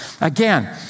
Again